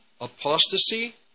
apostasy